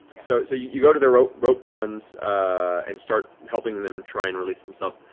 so so you go to the rope rope bonds and start helping them try and release themselves.